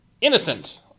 innocent